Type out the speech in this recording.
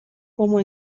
como